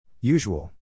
Usual